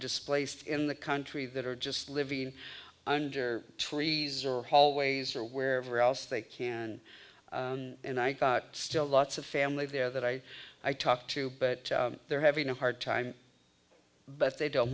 displaced in the country that are just living under trees or hallways or wherever else they can and i got still lots of family there that i i talked to but they're having a hard time but they don't